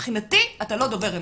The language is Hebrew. מבחינתי אתה לא דובר אמת.